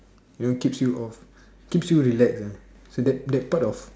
you know keeps you off keeps you relaxed lah so that that part of